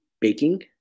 baking